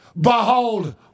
Behold